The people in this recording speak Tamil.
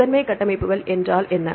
முதன்மை கட்டமைப்புகள் என்றால் என்ன